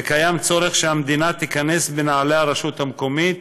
ויש צורך שהמדינה תיכנס בנעלי הרשות המקומית,